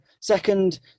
second